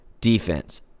defense